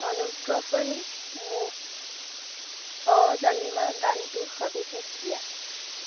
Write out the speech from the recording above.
অনুগ্ৰহ কৰি মোক অ' জালিমা গানটোৰ সবিশেষ দিয়া